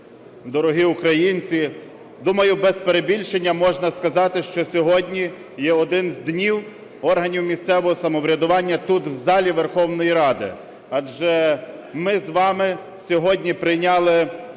дорогі українці! Думаю, без перебільшення можна сказати, що сьогодні є один з днів органів місцевого самоврядування тут, в залі Верховної Ради. Адже ми з вами сьогодні зробили